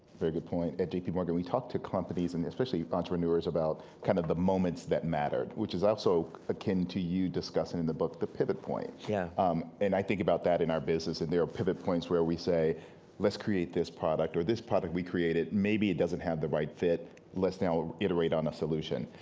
very good point. at j p. morgan we talk to companies, and especially entrepreneurs about kind of the moments that mattered, which is also akin to you discussing in the book the pivot point. yeah um and i think about that in our business, and there are pivot points where we say let's create this product, or this product we created maybe doesn't have the right fit, let's now iterate on a solution.